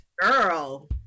Girl